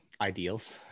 ideals